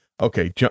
okay